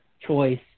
choice